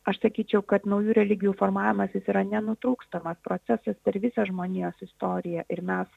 aš sakyčiau kad naujų religijų formavimasis yra nenutrūkstamas procesas per visą žmonijos istoriją ir mes